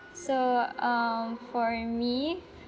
so um for me